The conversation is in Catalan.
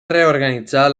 reorganitzar